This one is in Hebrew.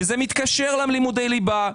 וזה מתקשר ללימודי הליבה,